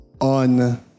on